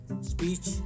Speech